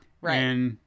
Right